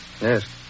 Yes